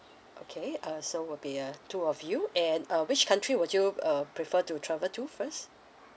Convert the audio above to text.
okay uh so would be uh two of you and uh which country would you uh prefer to travel to first